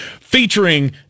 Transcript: featuring